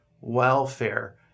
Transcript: welfare